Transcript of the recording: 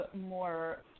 more